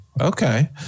Okay